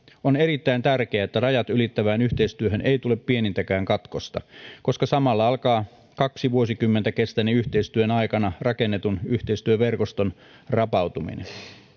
on erittäin tärkeää että rajat ylittävään yhteistyöhön ei tule pienintäkään katkosta koska samalla alkaa kaksi vuosikymmentä kestäneen yhteistyön aikana rakennetun yhteistyöverkoston rapautuminen